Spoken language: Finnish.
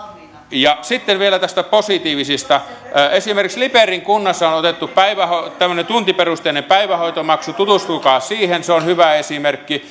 sitten vielä näistä positiivisista asioista esimerkiksi liperin kunnassa on on otettu tämmöinen tuntiperusteinen päivähoitomaksu tutustukaa siihen se on hyvä esimerkki